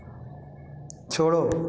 छोड़ो